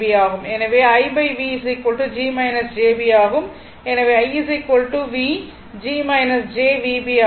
எனவே IV g jVb ஆகும்